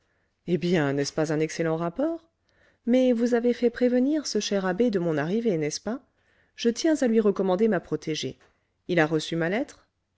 eh bien n'est-ce pas un excellent rapport mais vous avez fait prévenir ce cher abbé de mon arrivée n'est-ce pas je tiens à lui recommander ma protégée il a reçu ma lettre